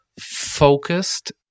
focused